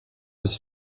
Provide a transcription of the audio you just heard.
was